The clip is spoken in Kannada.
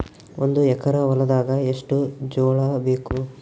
ಒಂದು ಎಕರ ಹೊಲದಾಗ ಎಷ್ಟು ಜೋಳಾಬೇಕು?